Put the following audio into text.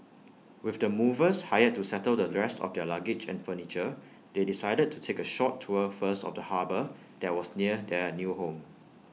with the movers hired to settle the rest of their luggage and furniture they decided to take A short tour first of the harbour that was near their new home